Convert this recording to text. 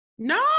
No